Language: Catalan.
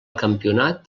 campionat